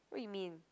what you mean